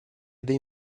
dei